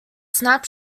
snap